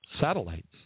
satellites